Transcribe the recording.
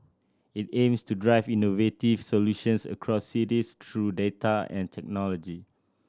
it aims to drive innovative solutions across cities through data and technology